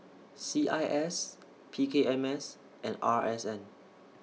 C I S P K M S and R S N